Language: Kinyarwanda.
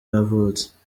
yavutse